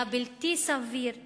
היה בלתי סביר בעליל,